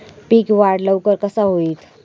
पीक वाढ लवकर कसा होईत?